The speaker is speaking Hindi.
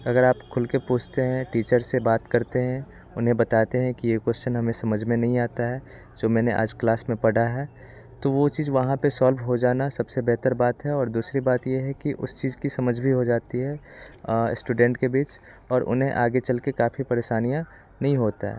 अगर आप खुल के पूछते हैं टीचर से बात करते हैं उन्हें बताते हैं कि ये क्वोस्चन हमें समझ में नहीं आता है जो मैंने आज क्लास में पढ़ा है तो वो चीज वहाँ पे सोल्भ हो जाना सबसे बेहतर बात है और दूसरी बात यह है कि उस चीज की समझ भी हो जाती है इस्टुडेंट के बीच और उन्हें आगे चल के काफ़ी परेशानियाँ नहीं होता है